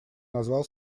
назвал